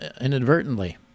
inadvertently